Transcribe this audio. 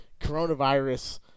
coronavirus